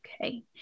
okay